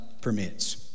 permits